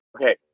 okay